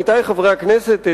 עמיתי חברי הכנסת,